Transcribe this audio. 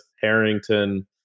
Harrington